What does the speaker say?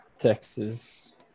Texas